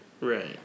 Right